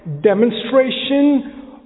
demonstration